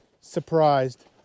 surprised